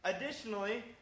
Additionally